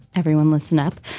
everyone, listen up.